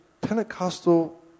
Pentecostal